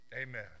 Amen